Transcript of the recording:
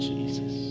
Jesus